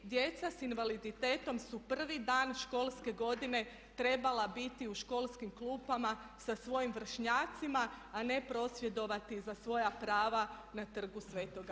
Djeca s invaliditetom su prvi dan školske godine trebala biti u školskim klupama sa svojim vršnjacima, a ne prosvjedovati za svoja prava na trgu sv. Marka.